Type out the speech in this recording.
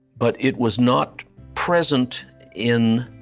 but it was not present in